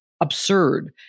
absurd